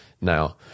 now